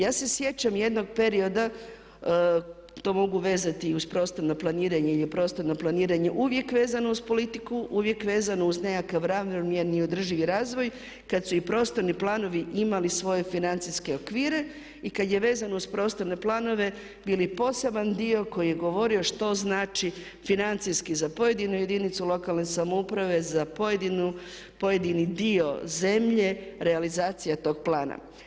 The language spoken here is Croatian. Ja se sjećam jednog perioda, to mogu vezati i uz prostorno planiranje jer je prostorno planiranje jer je prostorno planiranje uvijek vezano uz politiku, uvijek vezano uz nekakav ravnomjerni i održivi razvoj kada su i prostorni planovi imali svoje financijske okvire i kada je vezano uz prostorne planove bili poseban dio koji je govorio što znači financijski za pojedinu jedinicu lokalne samouprave, za pojedini dio zemlje realizacija tog plana.